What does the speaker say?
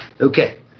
Okay